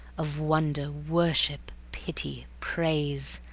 of wonder, worship, pity, praise,